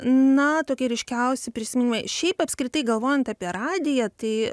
na tokie ryškiausi prisiminimai šiaip apskritai galvojant apie radiją tai